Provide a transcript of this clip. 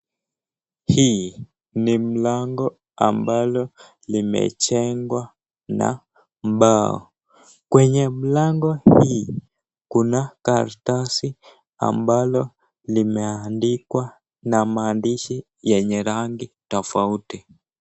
Hii ni mlango ambalo limejengwa na mbao, kwenye mlango hii, kuna karatasi ambalo limeadikwa na maandishi yenye rangi tofauti.